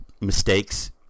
mistakes